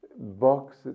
box